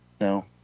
No